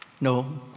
No